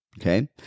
Okay